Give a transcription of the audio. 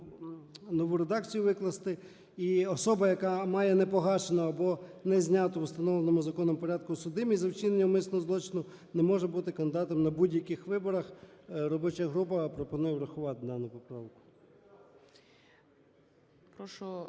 нову редакцію викласти: "Особа, яка має не погашену або не зняту в установленому порядку судимість за вчинення умисного злочину, не може бути кандидатом на будь-яких виборах." Робоча група пропонує врахувати дану поправку.